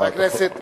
חבר הכנסת נפאע,